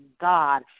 God